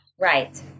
Right